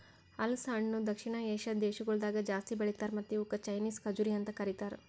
ಹಲಸು ಹಣ್ಣ ದಕ್ಷಿಣ ಏಷ್ಯಾದ್ ದೇಶಗೊಳ್ದಾಗ್ ಜಾಸ್ತಿ ಬೆಳಿತಾರ್ ಮತ್ತ ಇವುಕ್ ಚೈನೀಸ್ ಖಜುರಿ ಅಂತ್ ಕರಿತಾರ್